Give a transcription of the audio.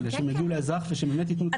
אלא שיגיעו לאזרח ושבאמת ייתנו את המענה.